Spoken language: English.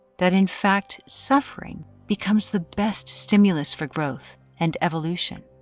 that in fact, suffering becomes the best stimulus for growth and evolution.